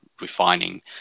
refining